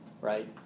right